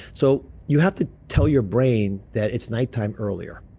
so you have to tell your brain that it's nighttime earlier.